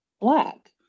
black